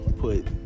put